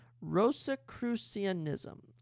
rosicrucianism